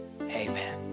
Amen